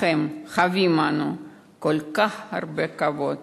לכם חבים אנו כל כך הרבה כבוד.